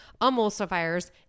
emulsifiers